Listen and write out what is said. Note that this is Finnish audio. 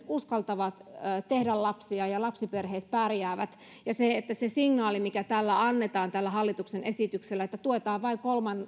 uskaltavat tehdä lapsia ja lapsiperheet pärjäävät ja se signaali mikä annetaan tällä hallituksen esityksellä että tuetaan vain